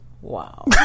Wow